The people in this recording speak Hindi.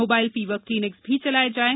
मोबाइल फीवर क्लीनिक्स भी चलाए जाएं